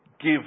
give